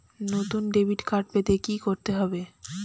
নতুন debit card পেতে কী করতে হবে?